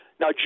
Now